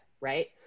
Right